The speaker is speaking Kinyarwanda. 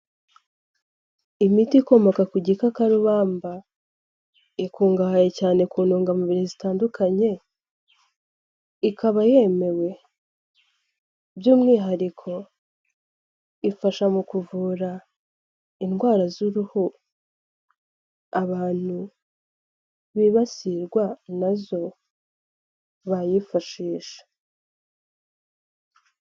Imiti ikomoka ku gikakarubamba, ikungahaye cyane ku ntungamubiri zitandukanye, ikaba yemewe. By'umwihariko ifasha mu kuvura indwara z'uruhu, abantu bibasirwa nazo, bayifashisha.